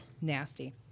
nasty